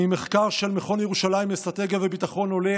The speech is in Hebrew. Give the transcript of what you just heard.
ממחקר של מכון ירושלים לאסטרטגיה וביטחון עולה